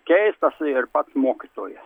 keistas ir pats mokytojas